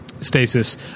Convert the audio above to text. stasis